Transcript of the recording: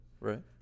Right